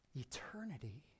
Eternity